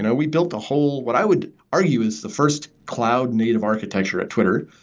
and we built a whole what i would argue is the first cloud native architecture at twitter,